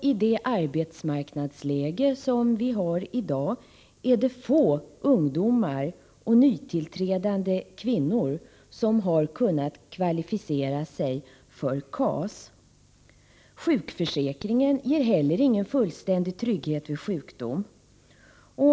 I det arbetsmarknadsläge vi har i dag är det få ungdomar och nytillträdande kvinnor som har kunnat kvalificera sig för KAS. Sjukförsäkringen ger heller ingen fullständig trygghet vid sjukdom.